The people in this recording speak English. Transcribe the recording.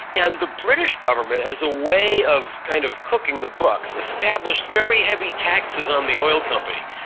and the british government as a way of kind of cooking the books, established very heavy taxes on the oil company,